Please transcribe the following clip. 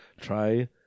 try